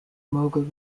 mughal